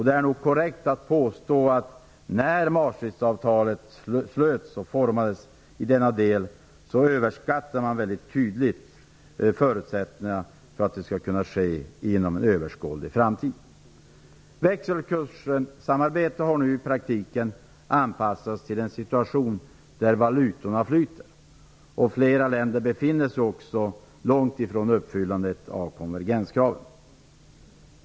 Det är nog korrekt att påstå att när Maastrichtavtalet slöts och formulerades överskattade man väldigt tydligt förutsättningarna för att ett valutasamarbete skall kunna ske inom överskådlig framtid. Växelkurssamarbetet har nu i praktiken anpassats till en situation där valutorna flyter. Flera länder befinner sig också långt ifrån uppfyllandet av konvergenskraven.